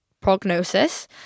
prognosis